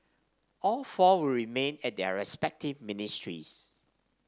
all four will remain at their respective ministries